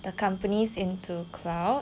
the companies into cloud